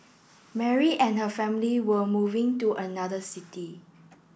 Mary and her family were moving to another city